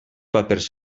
papers